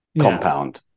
compound